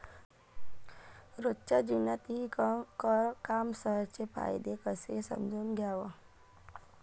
रोजच्या जीवनात ई कामर्सचे फायदे कसे समजून घ्याव?